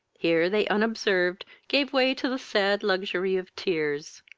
here they unobserved gave way to the sad luxury of tears.